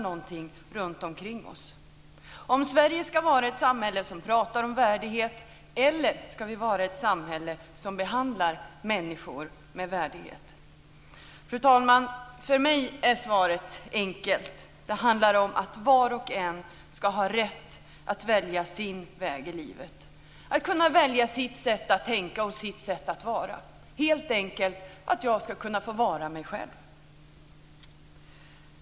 Det handlar om ifall Sverige ska vara ett samhälle som pratar om värdighet eller ett samhälle som behandlar människor med värdighet. Fru talman! För mig är svaret enkelt. Det handlar om att var och en ska ha rätt att välja sin väg i livet, sitt sätt att tänka och vara - helt enkelt att jag ska kunna få vara mig själv.